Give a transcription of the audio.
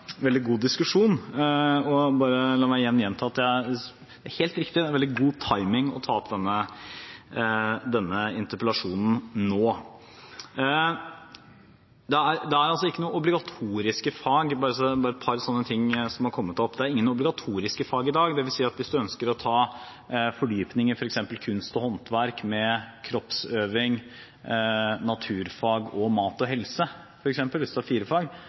veldig god diskusjon. La meg bare igjen gjenta at det er helt riktig at det er veldig god timing å ta opp denne interpellasjonen nå. Bare et par ting som har kommet opp – det er ingen obligatoriske fag i dag. Det vil si at hvis man ønsker å ta fordypning i f.eks. kunst og håndverk med kroppsøving, naturfag og mat og helse – hvis man har